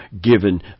given